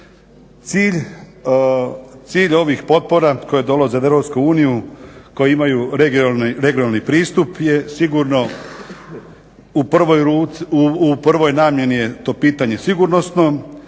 Cilj ovih potpora koje dolaze u EU koje imaju regionalni pristup je sigurno u prvoj namjeni je to pitanje sigurnosno,